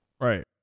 Right